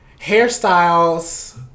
hairstyles